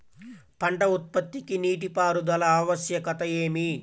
పంట ఉత్పత్తికి నీటిపారుదల ఆవశ్యకత ఏమి?